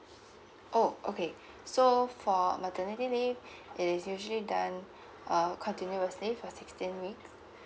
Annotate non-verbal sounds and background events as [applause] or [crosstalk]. oh okay [breath] so for the maternity leave [breath] it is usually done uh continuously for sixteen weeks